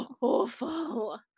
awful